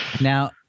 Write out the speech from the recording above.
Now